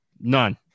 none